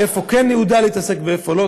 איפה כן הוא יודע להתעסק ואיפה לא.